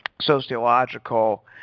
sociological